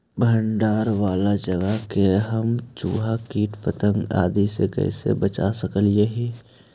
भंडार वाला जगह के हम चुहा, किट पतंग, आदि से कैसे बचा सक हिय?